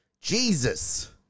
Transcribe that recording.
jesus